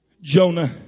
Jonah